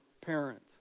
parent